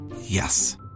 Yes